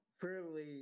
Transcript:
fairly